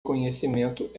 conhecimento